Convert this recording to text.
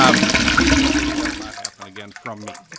um please continue. that will not happen again from me.